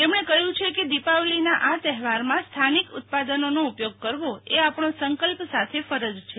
તેમણે કહ્યુ છે કે દિપાવલીના આ તહેવારમાં સ્થાનિક ઉત્પાદનોનો ઉપયોગ કરવો એ આપણો સંકલ્પ સાથે ફરજ છે